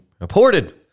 reported